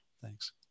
thanks